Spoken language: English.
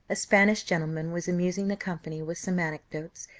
a spanish gentleman was amusing the company with some anecdotes,